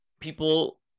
people